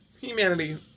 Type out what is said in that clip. Humanity